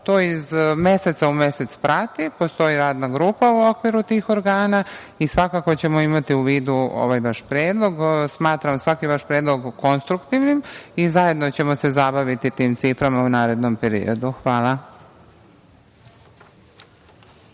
to iz meseca u mesec prati. Postoji radna grupa u okviru tih organa i svakako ćemo imati u vidu ovaj vaš predlog. Smatram svaki vaš predlog konstruktivnim i zajedno ćemo se zabaviti tim ciframa u narednom periodu. Hvala.